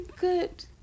good